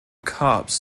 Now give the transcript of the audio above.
cops